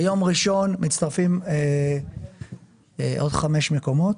ביום ראשון מצטרפים עוד חמישה מקומות,